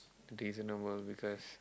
do this in the world because